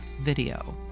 Video